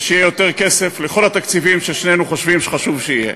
ושיהיה יותר כסף לכל התקציבים ששנינו חושבים שחשוב שיהיו.